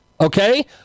okay